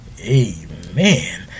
amen